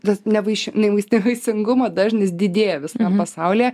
vis nevaiši nemais nevaisingumo dažnis didėja visame pasaulyje